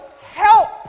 help